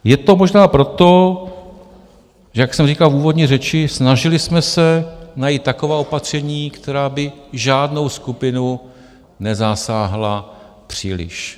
Je to možná proto, že jak jsem říkal v úvodní řeči, snažili jsme se najít taková opatření, která by žádnou skupinu nezasáhla příliš.